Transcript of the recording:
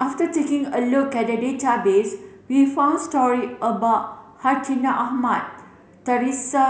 after taking a look at database we found story about Hartinah Ahmad Theresa